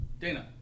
Dana